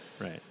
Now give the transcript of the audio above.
Right